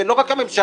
ולא רק הממשלה,